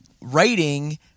writing